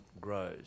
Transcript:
grows